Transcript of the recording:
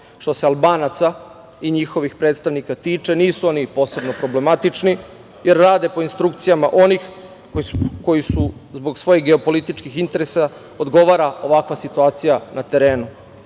se Albanaca i njihovih predstavnika tiče, nisu oni posebno problematični, jer rade po instrukcijama onih, koji zbog svojih političkih interesa odgovara ovakva situacija na terenu. Oni